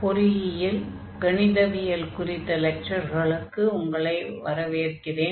பொறியியல் கணிதவியல் 1 குறித்த லெக்சர்களுக்கு உங்களை வரவேற்கிறேன்